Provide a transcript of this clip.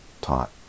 taught